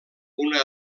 una